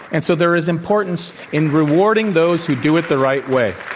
and so, there is importance in rewarding those who do it the right way.